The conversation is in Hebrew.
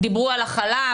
דיברו על החלב,